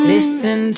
Listen